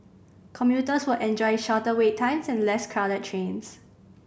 commuters will enjoy shorter wait times and less crowded trains